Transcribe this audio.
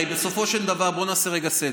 הרי בסופו של דבר, בואו נעשה רגע סדר,